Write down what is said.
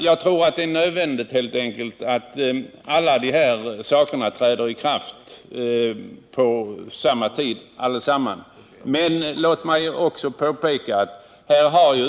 Jag tror det är nödvändigt att alla dessa saker träder i kraft på samma tid.